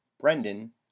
Brendan